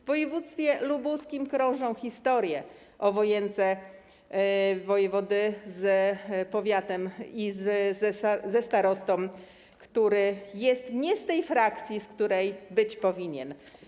W województwie lubuskim krążą historie o wojence wojewody z powiatem i ze starostą, który jest nie z tej frakcji, z której być powinien.